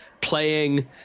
playing